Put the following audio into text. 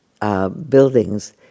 buildings